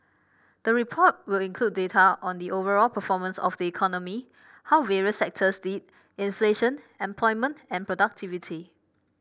the report will include data on the overall performance of the economy how various sectors did inflation employment and productivity